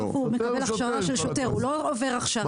בסוף הוא מקבל הכשרה של שוטר, הוא לא עובר הכשרה.